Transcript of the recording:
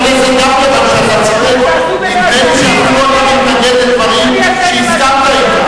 אני אגיד את זה על כל הציבור החילוני?